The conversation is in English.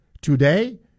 today